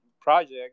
project